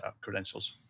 credentials